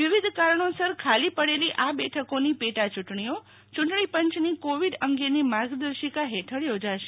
વિવિધ કારણોસર ખાલી પડેલી આ બેઠકોની પેટા ચૂંટણીઓ ચૂંટણી પંચની કોવિડ અંગેની માર્ગદર્શિકા હેઠળ યોજાશે